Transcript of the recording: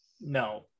No